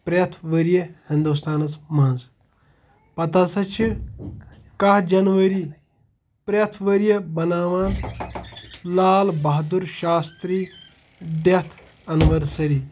پرٛٮ۪تھ ؤریہِ ہِندوستانَس منٛز پَتہٕ ہَسا چھِ کاہ جَنؤری پرٛٮ۪تھ ؤریہِ بناوان لال بہادُر شاسترٛی ڈٮ۪تھ اَنوَرسری